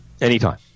Anytime